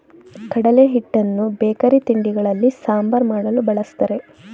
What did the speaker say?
ಕಡಲೆ ಹಿಟ್ಟನ್ನು ಬೇಕರಿ ತಿಂಡಿಗಳಲ್ಲಿ, ಸಾಂಬಾರ್ ಮಾಡಲು, ಬಳ್ಸತ್ತರೆ